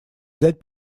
взять